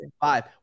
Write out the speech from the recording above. five